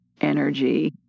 energy